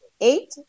Eight